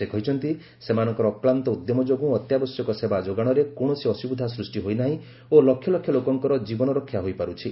ସେ କହିଛନ୍ତି ସେମାନଙ୍କର ଅକ୍ଲାନ୍ତ ଉଦ୍ୟମ ଯୋଗୁଁ ଅତ୍ୟାବଶ୍ୟକ ସେବା ଯୋଗାଣରେ କୌଣସି ଅସୁବିଧା ସୃଷ୍ଟି ହୋଇନାହିଁ ଓ ଲକ୍ଷ୍ୟ ଲୋକଙ୍କର ଜୀବନରକ୍ଷା ହୋଇପାରୁଛି